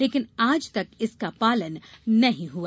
लेकिन आज तक इसका पालन नहीं हुआ